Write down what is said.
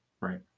Right